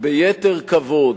ביתר כבוד